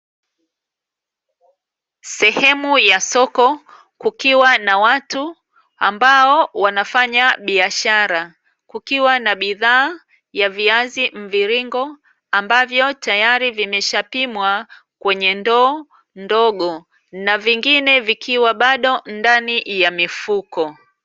Sehemu ya soko kukiwa na watu ambao wanafanya biashara, kukiwa na bidhaa ya viazi mviringo ambavyo tayari vimeshapimwa kwenye ndoo ndogo na vingine vikiwa bado ndani ya mifuko.